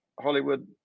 Hollywood